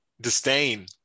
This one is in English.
disdain